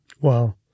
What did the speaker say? Wow